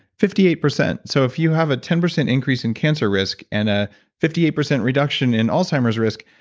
fifty eight percent. so, if you have a ten percent increase in cancer risk and a fifty eight percent reduction in alzheimer's risk,